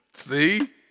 See